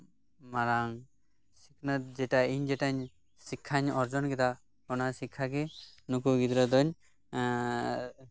ᱢᱟᱨᱟᱝ ᱥᱤᱠᱷᱟᱹᱛ ᱡᱮᱴᱟᱧ ᱤᱧ ᱡᱮᱴᱟᱧ ᱥᱤᱠᱠᱷᱟᱧ ᱚᱨᱡᱚᱱ ᱠᱮᱫᱟ ᱚᱱᱟ ᱥᱤᱠᱠᱷᱟᱜᱮ ᱱᱩᱠᱩ ᱜᱤᱫᱽᱨᱟᱹ ᱫᱚᱧ